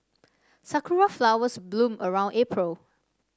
sakura flowers bloom around April